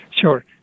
Sure